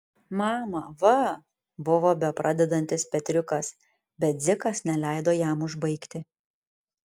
mama va buvo bepradedantis petriukas bet dzikas neleido jam užbaigti